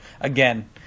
Again